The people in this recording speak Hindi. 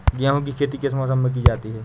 गेहूँ की खेती किस मौसम में की जाती है?